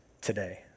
today